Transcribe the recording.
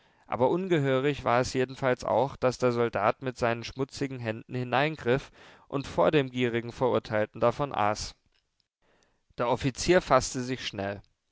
aber ungehörig war es jedenfalls auch daß der soldat mit seinen schmutzigen händen hineingriff und vor dem gierigen verurteilten davon aß der offizier faßte sich schnell